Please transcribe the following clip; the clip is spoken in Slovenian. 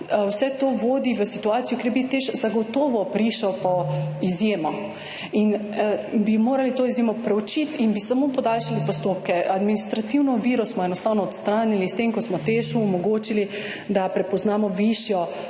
vse to vodi v situacijo, kjer bi TEŠ zagotovo prišel po izjemo in bi morali to izjemo preučiti in bi samo podaljšali postopke. Administrativno oviro smo enostavno odstranili s tem, ko smo TEŠU omogočili, da prepoznamo višjo